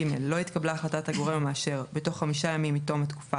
(ג) לא התקבלה החלטת הגורם המאשר בתוך 5 ימים מתום התקופה